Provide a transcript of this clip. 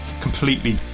Completely